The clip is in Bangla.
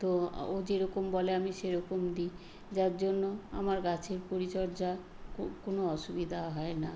তো ও যেরকম বলে আমি সেরকম দিই যার জন্য আমার গাছের পরিচর্যা কোনও অসুবিধা হয় না